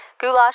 Goulash